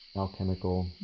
alchemical